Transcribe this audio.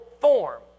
form